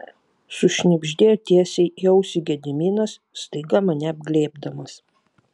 sušnibždėjo tiesiai į ausį gediminas staiga mane apglėbdamas